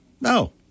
No